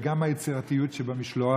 וגם היצירתיות שבמשלוח,